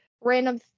Random